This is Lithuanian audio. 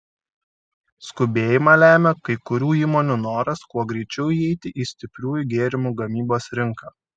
skubėjimą lemia kai kurių įmonių noras kuo greičiau įeiti į stipriųjų gėrimų gamybos rinką